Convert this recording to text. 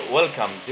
welcome